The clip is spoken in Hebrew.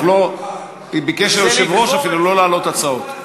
ביקש היושב-ראש אפילו לא להעלות הצעות.